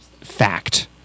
fact